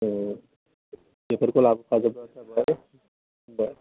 बेफोरखौ लाबोफाजोबबानो जाबाय दे